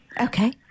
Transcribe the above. Okay